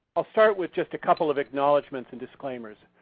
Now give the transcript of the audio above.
i'll start with just a couple of acknowledgements and disclaimers.